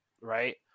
right